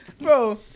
bro